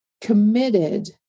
committed